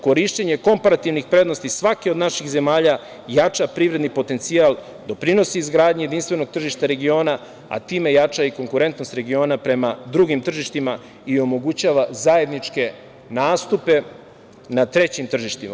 Korišćenje komparativnih prednosti svake od naših zemalja jača privredni potencijal, doprinosi izgradnji jedinstvenog tržišta regiona, a time jača i konkurentnost regiona prema drugim tržištima i omogućava zajedničke nastupe na trećim tržištima.